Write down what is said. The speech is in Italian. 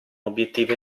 obiettivo